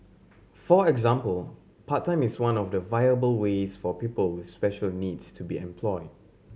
for example part time is one of the viable ways for people with special needs to be employed